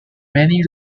many